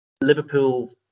Liverpool